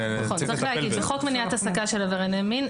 נכון כי בחוק מניעת העסקה של עברייני מין,